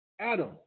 Adam